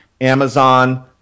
Amazon